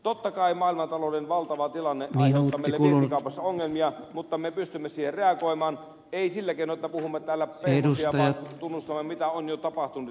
totta kai maailmantalouden valtava tilanne aiheuttaa meille vientikaupassa ongelmia mutta me pystymme siihen reagoimaan ei sillä keinoin että puhumme täällä pehmosia vaan niin että tunnustamme mitä on jo tapahtunut ja mitä tulee tapahtumaan